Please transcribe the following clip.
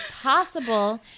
possible